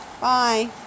bye